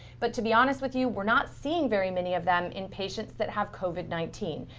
but to be honest with you, we're not seeing very many of them in patients that have covid nineteen.